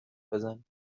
بزنیم